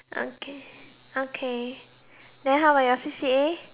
okay okay then how about your C_C_A